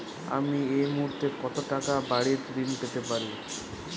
আমি এই মুহূর্তে কত টাকা বাড়ীর ঋণ পেতে পারি?